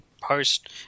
Post